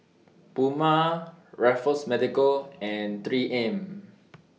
Puma Raffles Medical and three M